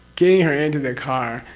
getting her into the car,